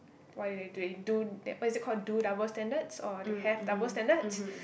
why they do they do what is it called do double standards or they have double standards